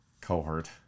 cohort